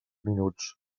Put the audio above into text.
minuts